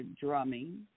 drumming